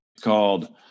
called